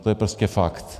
To je prostě fakt.